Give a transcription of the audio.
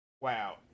Wow